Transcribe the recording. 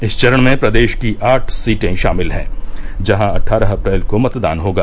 इस चरण में प्रदेश की आठ सीटें शामिल हैं जहां अटठारह अप्रैल को मतदान होगा